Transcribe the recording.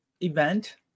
Event